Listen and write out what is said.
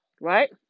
right